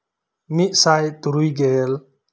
ᱢᱤᱫᱥᱟᱭ ᱛᱩᱨᱩᱭᱜᱮᱞ